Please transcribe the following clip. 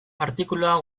artikulua